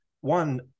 one